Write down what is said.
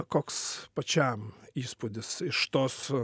koks pačiam įspūdis iš tos